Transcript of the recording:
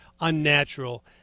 unnatural